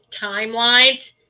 timelines